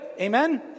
Amen